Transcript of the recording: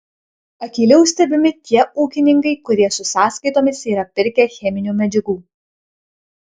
akyliau stebimi tie ūkininkai kurie su sąskaitomis yra pirkę cheminių medžiagų